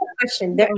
question